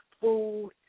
food